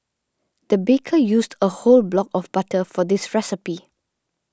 the baker used a whole block of butter for this recipe